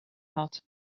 had